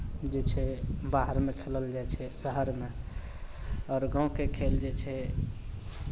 जे छै बाहरमे खेलल जाइ छै शहरमे आओर गाँवके खेल जे छै